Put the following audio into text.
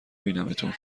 بینمتون